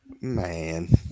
Man